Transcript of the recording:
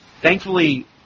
Thankfully